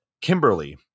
Kimberly